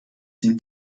dem